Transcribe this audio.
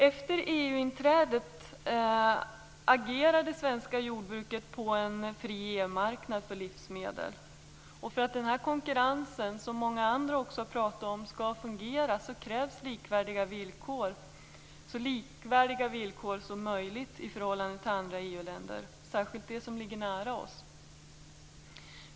Efter EU-inträdet agerade det svenska jordbruket på en fri EU-marknad för livsmedel. För att denna konkurrens, som många andra har talat om, skall fungera krävs det så likvärdiga villkor som möjligt i förhållande till andra EU-länder, särskilt de som ligger nära oss.